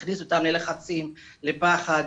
ומכניס אותם ללחצים, לפחד,